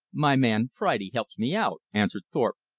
my man friday helps me out, answered thorpe,